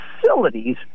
facilities